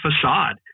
facade